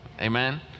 amen